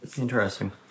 Interesting